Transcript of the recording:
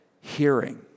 Hearing